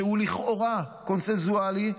שהוא לכאורה קונסנזואלי,